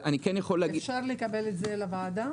אפשר לקבל לוועדה?